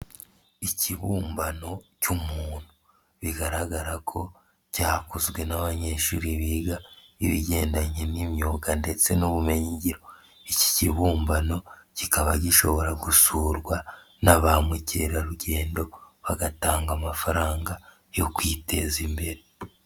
Ikibumbano cy'umuntu bigaragara ko cyakozwe n'abanyeshuri biga ibigendanye n'imyuga ndetse n'ubumenyinyigiro, iki kibumbano kikaba gishobora gusurwa na ba mukerarugendo, bagatanga amafaranga yo kwiteza imbere.